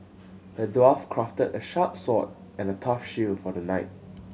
the dwarf crafted a sharp sword and a tough shield for the knight